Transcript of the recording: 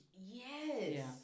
Yes